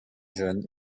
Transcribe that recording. jeune